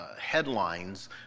headlines